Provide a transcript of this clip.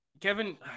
Kevin